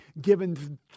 given